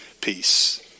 peace